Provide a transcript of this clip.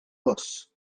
fws